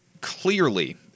clearly